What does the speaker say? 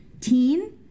teen